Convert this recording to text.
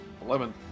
Eleven